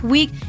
Week